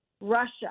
Russia